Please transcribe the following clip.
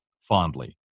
fondly